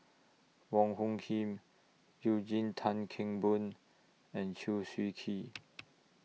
Wong Hung Khim Eugene Tan Kheng Boon and Chew Swee Kee